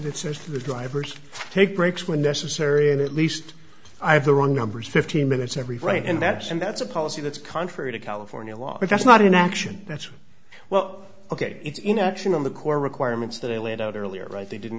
that says to the drivers take breaks when necessary and at least i have the wrong numbers fifteen minutes every right and that's and that's a policy that's contrary to california law but that's not an action that's well ok it's you know action on the core requirements that i laid out earlier right they didn't